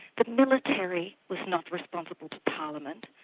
the military was not responsible to parliament,